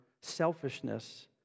selfishness